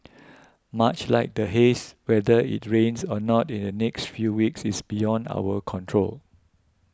much like the haze whether it rains or not in the next few weeks is beyond our control